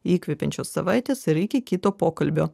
įkvepiančios savaitės ir iki kito pokalbio